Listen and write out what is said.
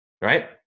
right